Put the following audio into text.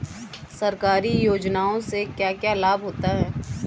सरकारी योजनाओं से क्या क्या लाभ होता है?